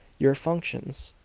your functions,